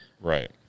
Right